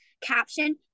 caption